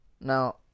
Now